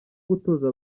gutoza